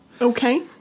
Okay